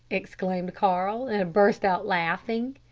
exclaimed carl, and burst out laughing.